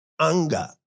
Anger